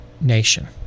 nation